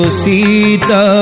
sita